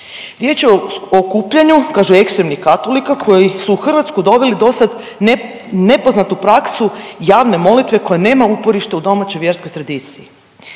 Riječ je o okupljanju kažu ekstremnih katolika koji su u Hrvatsku doveli do sad nepoznatu praksu javne molitve koja nema uporište u domaćoj vjerskoj tradiciji.